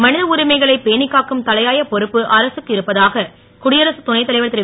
ம த உரிமைகளை பேணிக் காக்கும் தலையாய பொறுப்பு அரசுக்கு இருப்பதாக குடியரசுத் துணைத்தலைவர் ரு